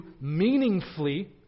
meaningfully